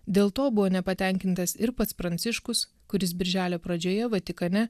dėl to buvo nepatenkintas ir pats pranciškus kuris birželio pradžioje vatikane